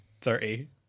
thirty